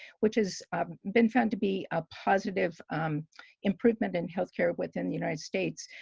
which has been found to be a positive improvement in healthcare within the united states,